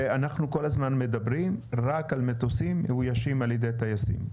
ואנחנו כל הזמן מדברים רק על מטוסים מאוישים על ידי טייסים,